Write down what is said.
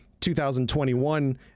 2021